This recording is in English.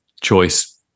choice